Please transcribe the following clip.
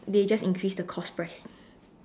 they just increase the cost price